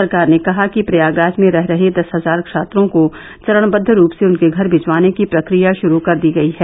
सरकार ने कहा है कि प्रयागराज में रह रहे दस हजार छात्रों को चरणबद्द रूप से उनके घर भिजवाने की प्रक्रिया शुरू कर दी गई है